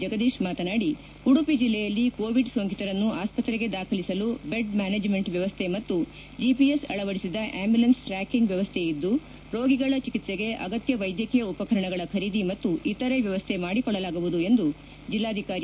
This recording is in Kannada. ಜಗದೀಶ್ ಮಾತನಾಡಿ ಉಡುಪಿ ಜಿಲ್ಲೆಯಲ್ಲಿ ಕೋವಿಡ್ ಸೋಂಕಿತರನ್ನು ಅಸ್ಪತೆಗೆ ದಾಖಲಿಸಲು ಬೆಡ್ ಮೆನೆಜ್ಮೆಂಟ್ ವ್ಯವಸ್ಥೆ ಮತ್ತು ಜಿಪಿಎಸ್ ಅಳವಡಿಸಿದ ಆಂಬುಲೆನ್ಸ್ ಟ್ರಾಕಿಂಗ್ ವ್ಯವಸ್ಠೆ ಇದ್ದು ರೋಗಿಗಳ ಚಿಕಿತ್ಸೆಗೆ ಅಗತ್ಯ ವೈದ್ಯಕೀಯ ಉಪಕರಣಗಳ ಖರೀದಿ ಮತ್ತು ಇತರೆ ವ್ಯವಸ್ಥೆ ಮಾಡಿಕೊಳ್ಳಲಾಗುವುದು ಎಂದು ಜಿಲ್ಲಾಧಿಕಾರಿ ಜಿ